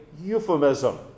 euphemism